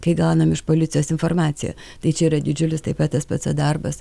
kai gaunam iš policijos informaciją tai čia yra didžiulis taip pat spc darbas